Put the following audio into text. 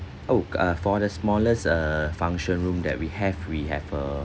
oh uh for the smallest err function room that we have we have a